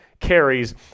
carries